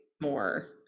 more